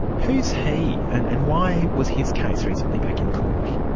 who is he, and and why was his case recently back in court?